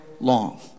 long